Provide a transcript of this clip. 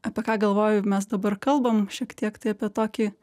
apie ką galvoju mes dabar kalbam šiek tiek tai apie tokį